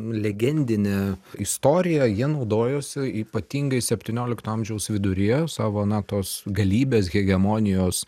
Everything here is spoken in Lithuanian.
legendine istorija jie naudojosi ypatingai septyniolikto amžiaus viduryje savo na tos galybės hegemonijos